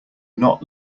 not